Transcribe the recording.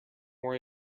worry